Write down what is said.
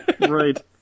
Right